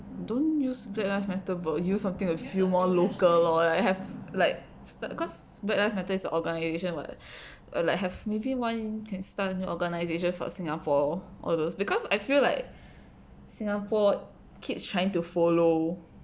don't use black lives matter but use something a bit more local lor like st~ cause black lives matter is a organisation [what] like have maybe one can start a organisation for singapore all those because I feel like singapore keeps trying to follow